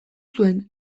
zuen